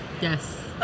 yes